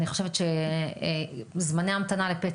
על כמה זמן עומדים זמני ההמתנה ל-PET-CT?